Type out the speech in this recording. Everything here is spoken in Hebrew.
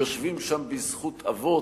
יושבים שם בזכות אבות,